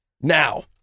Now